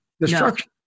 destruction